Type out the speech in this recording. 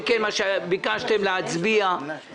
מכיוון שביקשתם שנצביע על העניין הזה,